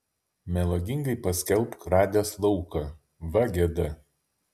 melagingai paskelbk radęs lauką va gėda